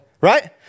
right